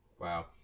Wow